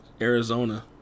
Arizona